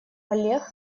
олег